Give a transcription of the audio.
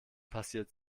passiert